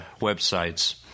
websites